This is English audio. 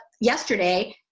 yesterday